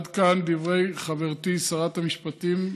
עד כאן דברי חברתי, שרת המשפטים,